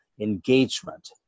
engagement